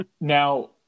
Now